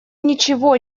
ничего